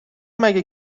مگه